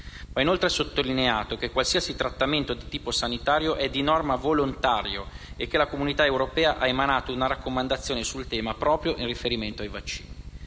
Va inoltre sottolineato che qualsiasi trattamento di tipo sanitario è, di norma, volontario e che l'Unione europea ha emanato una raccomandazione sul tema, proprio in riferimento ai vaccini.